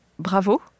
Bravo